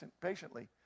patiently